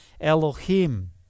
Elohim